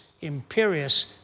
imperious